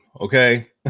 Okay